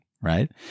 right